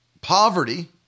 poverty